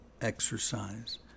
exercise